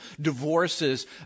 divorces